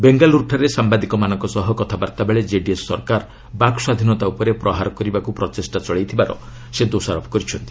ବେଙ୍ଗାଲ୍ତରୁଠାରେ ସାମ୍ବାଦିକମାନଙ୍କ ସହ କଥାବାର୍ତ୍ତା ବେଳେ ଜେଡିଏସ୍ ସରକାର ବାକ୍ ସ୍ୱାଧୀନତା ଉପରେ ପ୍ରହାର କରିବାକୁ ପ୍ରଚେଷ୍ଟା ଚଳାଇଥିବାର ସେ ଦୋଷାରୋପ କରିଛନ୍ତି